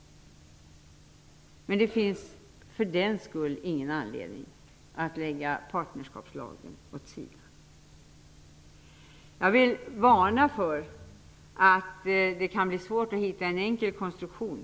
För den sakens skull finns det dock ingen anledning att lägga partnerskapslagen åt sidan. Jag vill varna för att det kan bli svårt att hitta en enkel konstruktion.